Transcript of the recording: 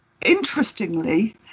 interestingly